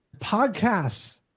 Podcasts